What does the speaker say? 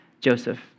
Joseph